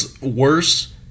worse